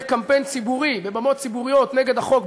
קמפיין ציבורי ומעל במות ציבוריות נגד החוק,